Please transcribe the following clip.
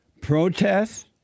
Protests